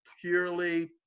purely